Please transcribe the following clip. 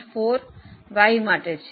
4 Y માટે છે